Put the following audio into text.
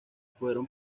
fueron